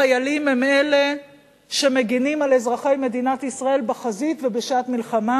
החיילים הם אלה שמגינים על אזרחי מדינת ישראל בחזית ובשעת מלחמה,